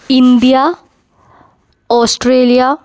India Australia